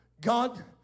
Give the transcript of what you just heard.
God